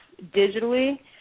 digitally